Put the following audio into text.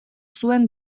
zuen